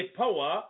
power